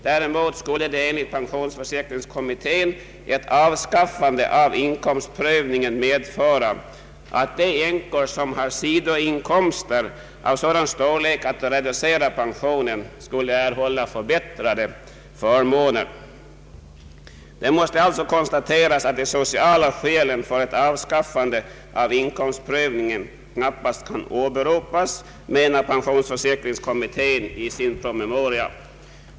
Däremot skulle, enligt pensionsförsäkringskommittén, ett avskaffande av inkomstprövningen medföra att de änkor som har sidoinkomster av sådan storlek att det reducerar pensionen erhåller förbättrade förmåner. Det måste alltså konstateras att de sociala skälen för ett avskaffande av inkomstprövningen knappast kan åberopas, menar pensionsförsäkringskommittén i sin PM.